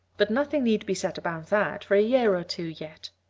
but nothing need be said about that for a year or two yet.